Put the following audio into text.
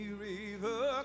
river